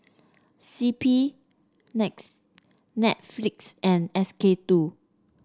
C P next Netflix and S K two